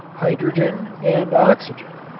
hydrogen and oxygen,